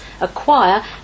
acquire